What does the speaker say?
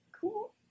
Cool